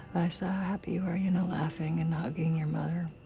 saw how happy you were. you know, laughing and hugging your mother.